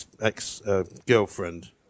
ex-girlfriend